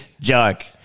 Joke